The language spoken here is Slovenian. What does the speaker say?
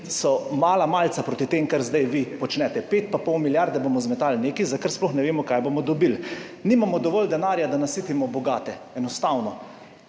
so mala malica proti temu, kar zdaj vi počnete. 5,5 milijarde bomo zmetali v nekaj, za kar sploh ne vemo, kaj bomo dobili. Nimamo dovolj denarja, da nasitimo bogate. Enostavno.